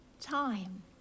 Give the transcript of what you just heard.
time